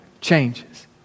changes